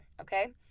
okay